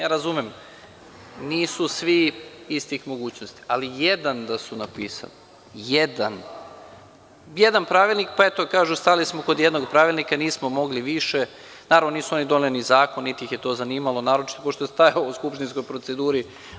Razumem, nisu svi istih mogućnosti, ali jedan da su napisali, jedan pravilnik, pa da kažu – stali smo kod jednog pravilnika, nismo mogli više, naravno nisu oni doneli ni zakon niti ih je to zanimalo, naročito pošto je stajao u skupštinskoj proceduri.